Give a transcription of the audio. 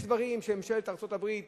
יש דברים שממשלת ארצות-הברית